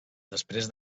després